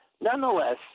nonetheless